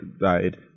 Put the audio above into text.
died